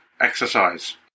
exercise